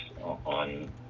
on